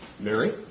Mary